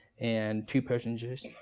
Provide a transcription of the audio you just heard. and two personages.